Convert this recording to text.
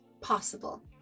possible